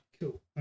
Cool